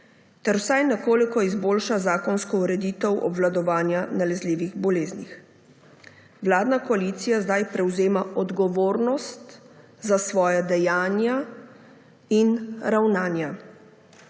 ter vsaj nekoliko izboljša zakonsko ureditev obvladovanja nalezljivih boleznih. Vladna koalicija zdaj prevzema odgovornost za svoja dejanja in ravnanja.